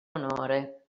onore